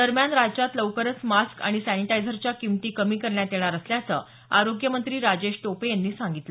दरम्यान राज्यात लवकरच मास्क आणि सॅनिटायझरच्या किमती कमी करण्यात येणार असल्याचं आरोग्य मंत्री राजेश टोपे यांनी सांगितलं